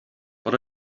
but